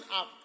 up